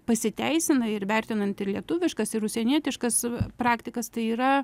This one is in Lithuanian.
pasiteisina ir vertinant ir lietuviškas ir užsienietiškas praktikas tai yra